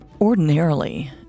Ordinarily